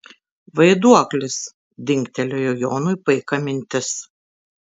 vaiduoklis dingtelėjo jonui paika mintis